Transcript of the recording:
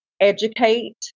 educate